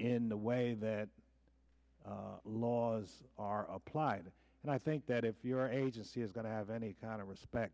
in the way that laws are applied and i think that if you are agency is going to have any kind of respect